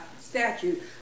statute